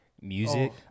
Music